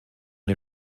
dem